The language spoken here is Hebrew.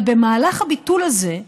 אבל במהלך הביטול הזה,